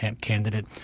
candidate